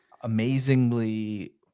amazingly